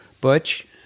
Butch